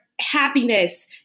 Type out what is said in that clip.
happiness